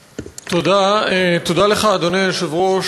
תודה, תודה לך, אדוני היושב-ראש.